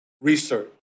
research